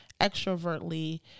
extrovertly